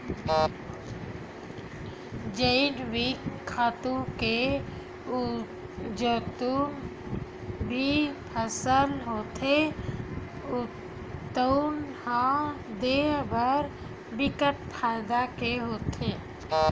जइविक खातू ले जउन भी फसल होथे तउन ह देहे बर बिकट फायदा के होथे